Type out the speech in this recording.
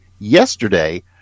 yesterday